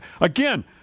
Again